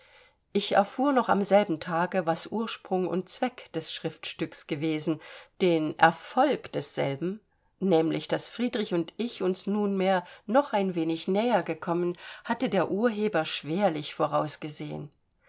ich erfuhr noch am selben tage was ursprung und zweck des schriftstücks gewesen den erfolg desselben nämlich daß friedrich und ich uns nunmehr noch ein wenig näher gekommen hatte der urheber schwerlich vorausgesehen